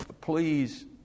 please